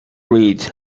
reads